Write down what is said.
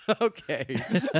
Okay